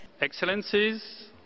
Excellencies